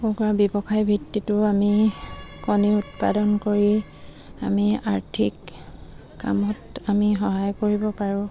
কুকুৰা ব্যৱসায় ভিত্তিটো আমি কণী উৎপাদন কৰি আমি আৰ্থিক কামত আমি সহায় কৰিব পাৰোঁ